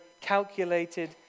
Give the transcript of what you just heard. calculated